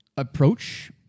Approach